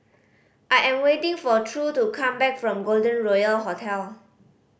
I am waiting for True to come back from Golden Royal Hotel